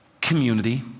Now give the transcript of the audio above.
community